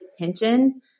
attention